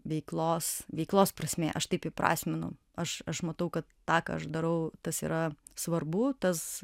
veiklos veiklos prasmė aš taip įprasminu aš aš matau kad tą ką aš darau tas yra svarbu tas